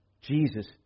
Jesus